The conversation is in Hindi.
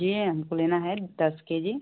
ये हमको लेना है दस के जी